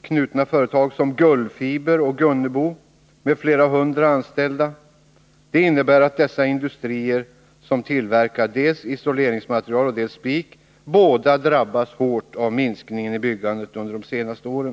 knutna företag - Gullfiber och Gunnebo med flera hundra anställda — drabbas dessa industrier som tillverkar dels isoleringsmaterial, dels spik hårt av den kraftiga minskningen i byggandet under de senaste åren.